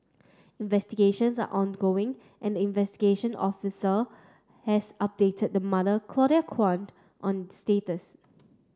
investigations are ongoing and investigation officer has updated the mother Claudia Kwan on status